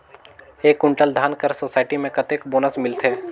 एक कुंटल धान कर सोसायटी मे कतेक बोनस मिलथे?